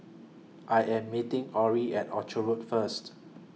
I Am meeting Orrie At Orchard Road First